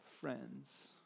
Friends